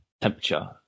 temperature